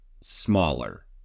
smaller